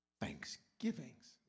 Thanksgivings